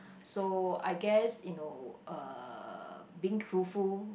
so I guess you know uh being truthful